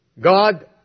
God